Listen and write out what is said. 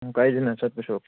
ꯀꯥꯏꯗꯅꯣ ꯆꯠꯄꯁꯨ